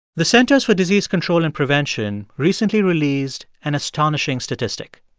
the centers for disease control and prevention recently released an astonishing statistic.